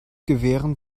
gewähren